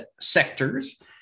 sectors